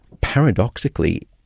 Paradoxically